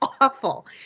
awful